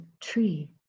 tree